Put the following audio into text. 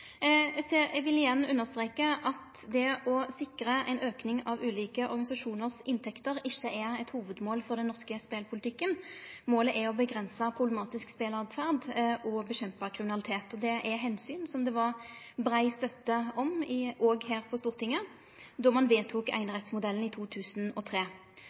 Eg vil igjen understreke at det å sikre ei auking av ulike organisasjonars inntekter ikkje er eit hovudmål for den norske spelpolitikken. Målet er å avgrense problematisk speleåtferd og motverke kriminalitet. Det er omsyn som det var brei støtte om òg her på Stortinget då ein vedtok einerettsmodellen i 2003.